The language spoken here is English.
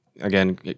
again